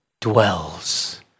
dwells